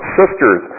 sisters